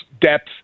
depth